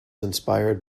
inspired